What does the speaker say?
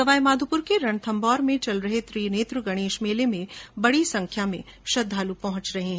सवाईमाधोपुर के रणथम्मौर में चल रहे त्रिनेत्र गणेश मेले में बडी संख्या में श्रद्धाल पहुंच रहे है